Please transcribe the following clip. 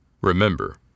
Remember